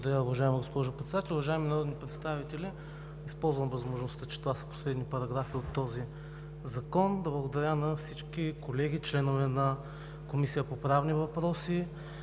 Благодаря, уважаема госпожо Председател. Уважаеми народни представители, използвам възможността, че това са последни параграфи от този закон, за да благодаря на всички колеги – членове на Комисията по правни въпроси,